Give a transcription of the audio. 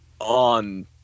on